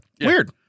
Weird